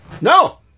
No